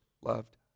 loved